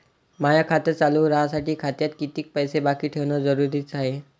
माय खातं चालू राहासाठी खात्यात कितीक पैसे बाकी ठेवणं जरुरीच हाय?